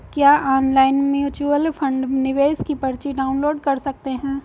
क्या online mutual fund निवेश की पर्ची डाउनलोड कर सकते हैं?